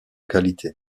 qualité